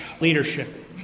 leadership